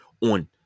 on